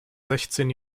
sechzehn